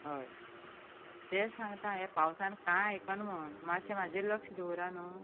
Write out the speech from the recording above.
हय तेंच सांगतां ह्या पावसान कांय आयकना म्हूण मातशें म्हजेर लक्ष दवरात न्हय